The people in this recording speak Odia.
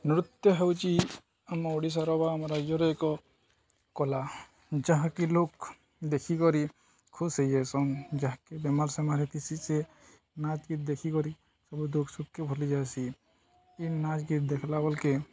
ନୃତ୍ୟ ହେଉଚି ଆମ ଓଡ଼ିଶାର ବା ଆମ ରାଜ୍ୟର ଏକ କଳା ଯାହାକି ଲୋକ୍ ଦେଖିକରି ଖୁସି ହେଇଯାଇଏସନ୍ ଯାହାକେ ବେମାର ସେମାର ହେଇଥିସିି ସେ ନାଚ ଗୀତ ଦେଖିକରି ସବୁ ଦୁଃଖ ସୁଖ୍କେ ଭୁଲି ଯାଏସି ଏଇ ନାଚ ଗୀତ ଦେଖ୍ଲା ବେଳ୍କେ